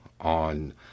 on